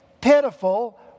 pitiful